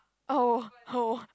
oh hor